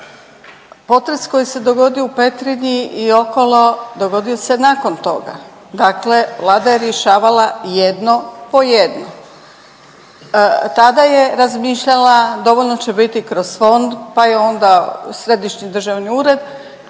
Potres koji se dogodio u Petrinji i okolo dogodio se nakon toga. Dakle, Vlada je rješavala jedno po jedno. Tada je razmišljala dovoljno će biti kroz fond, pa i onda Središnji državni ured